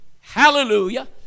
hallelujah